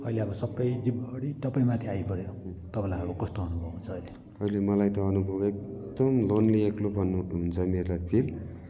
अहिले अब सबै जिम्मेवरी तपाईँमाथि आई पऱ्यो तपाईँलाई अब कस्तो अनुभव हुन्छ अहिले अहिले मलाई त अनुभव एकदम लोन्ली एक्लोपन हुन्छ मेरो फिल